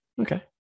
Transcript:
okay